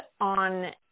on